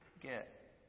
get